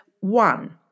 one